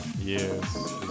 Yes